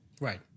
Right